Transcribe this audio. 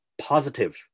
positive